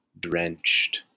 drenched